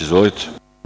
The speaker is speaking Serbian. Izvolite.